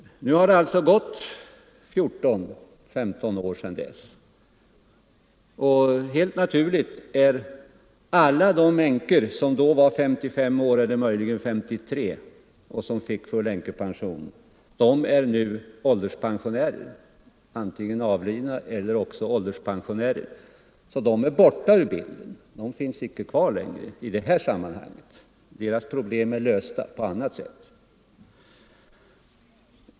Nu har det alltså gått mer än 14 år sedan den 1 juli 1960, och alla de änkor som då var 55 år, eller möjligen 53, och som fick full änkepension är nu helt naturligt ålderspensionärer eller avlidna. De är alltså borta ur bilden, och deras problem är lösta på annat sätt.